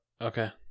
okay